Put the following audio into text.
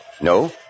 No